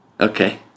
Okay